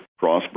crossbreed